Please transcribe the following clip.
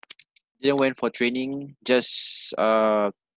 didn't went for training just uh